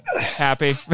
Happy